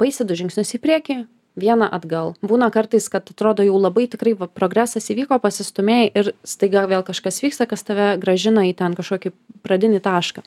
paeisi du žingsnius į priekį vieną atgal būna kartais kad atrodo jau labai tikrai va progresas įvyko pasistūmėjai ir staiga vėl kažkas vyksta kas tave grąžina į ten kažkokį pradinį tašką